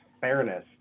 fairness